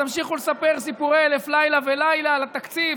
תמשיכו לספר סיפורי אלף לילה ולילה על התקציב,